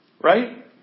right